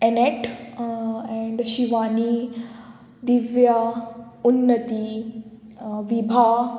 एनॅट and Shivani Divya Unnati Vibha